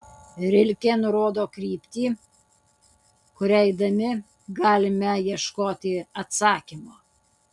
rilke nurodo kryptį kuria eidami galime ieškoti atsakymo